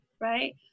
right